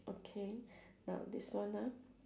okay now this one ah